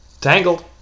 Tangled